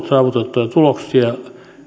saavutettuja tuloksia